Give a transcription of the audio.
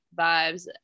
vibes